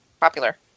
popular